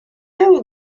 ever